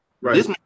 right